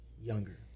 younger